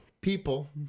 people